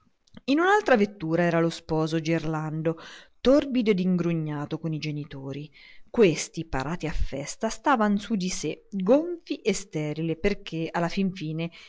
in un'altra vettura era lo sposo gerlando torbido e ingrugnato coi genitori questi parati a festa stavano su di sé gonfi e serii perché alla fin fine